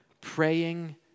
Praying